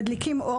מדליקים אור,